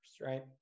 right